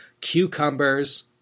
cucumbers